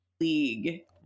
league